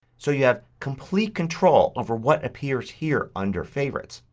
so you have complete control over what appears here under favorites.